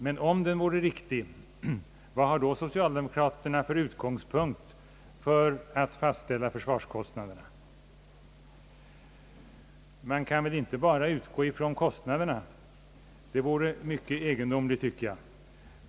Men om den vore riktig — vad har då socialdemokraterna för utgångspunkt för att fastställa försvarskostnaderna? Man kan väl inte bara utgå ifrån ett belopp — det vore mycket egendomligt, tycker jag.